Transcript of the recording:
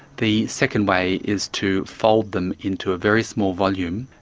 the second way is to fold them into a very small volume,